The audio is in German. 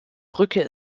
brücke